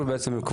שאמרו האימהות,